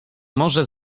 może